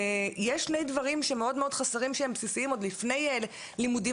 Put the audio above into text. יש שני דברים שמאוד חסרים והם בסיסיים עוד לפני לימודים